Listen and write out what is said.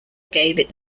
gaelic